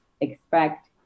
expect